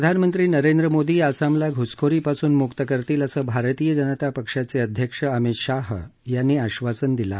प्रधानमंत्री नरेंद्र मोदी आसामला घ्सखोरीपासून म्क्त करतील असं भारतीय जनता पक्षाचे अध्यक्ष अमित शाह यांनी आश्वासन दिलं आहे